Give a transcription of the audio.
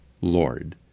Lord